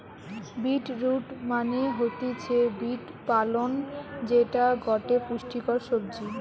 beet root মানে হতিছে beet পালং যেটা গটে পুষ্টিকর সবজি